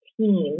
team